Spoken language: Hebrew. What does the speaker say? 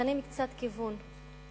משנים קצת כיוון.